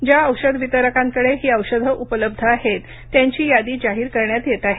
ज्या औषध वितरकांकडे ही औषधे उपलब्ध आहेत त्यांची यादी जाहीर करण्यात येत आहे